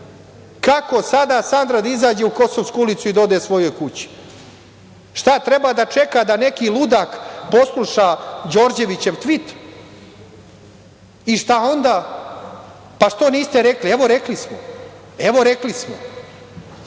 Kako sada da Sandra izađe u Kosovsku ulicu i da ode svojoj kući. Šta, treba čeka da neki ludak posluša Đorđevićev tvit i šta onda? Pa, što niste rekli? Pa, evo rekli smo.U